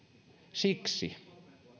siksi